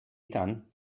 tant